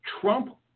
Trump